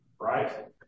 right